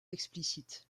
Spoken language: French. explicites